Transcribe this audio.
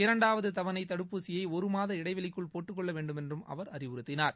இரண்டாவது தவணை தடுப்பூசியை ஒருமாத இடைவெளிக்குள் போட்டுக் கொள்ள வேண்டுமென்றும் அவர் அறிவுறுத்தினார்